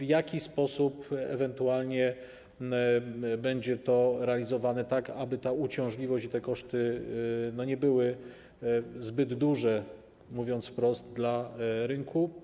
W jaki sposób ewentualnie będzie to realizowane, tak aby ta uciążliwość i koszty nie były zbyt duże, mówiąc wprost, dla rynku?